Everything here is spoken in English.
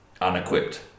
unequipped